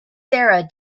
sarah